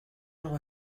algo